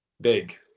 Big